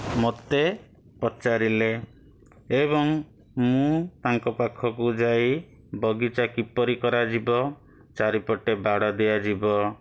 ମୋତେ ପଚାରିଲେ ଏବଂ ମୁଁ ତାଙ୍କ ପାଖକୁ ଯାଇ ବଗିଚା କିପରି କରାଯିବ ଚାରିପଟେ ବାଡ଼ ଦିଆଯିବ